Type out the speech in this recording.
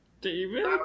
David